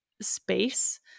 space